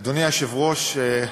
אדוני היושב-ראש,